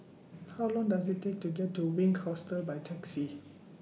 How Long Does IT Take to get to Wink Hostel By Taxi